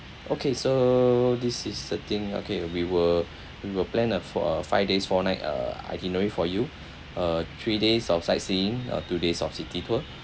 okay so this is the thing okay we will we will plan a four uh five days four nights uh itinerary for you uh three days of sightseeing uh two days of city tour